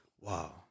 Wow